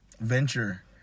venture